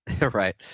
Right